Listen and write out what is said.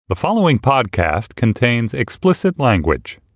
the following podcast contains explicit language